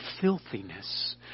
filthiness